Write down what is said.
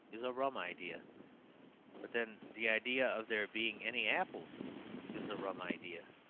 is a rum idea but then the idea of there being any apples is a rum idea.